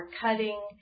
cutting